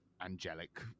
angelic